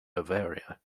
bavaria